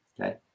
Okay